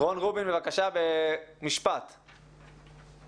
אני רוצה לומר רק משפט אחד.